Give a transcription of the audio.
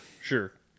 sure